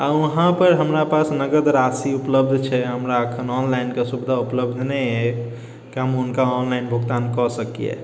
आओर वहाँपर हमरा पास नगद राशि उपलब्ध छै हमरा एखन ऑनलाइनके सुविधा उपलब्ध नहि अछि कि हम हुनका ऑनलाइन भुगतान कय सकियै